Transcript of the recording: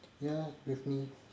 ya with me